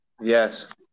Yes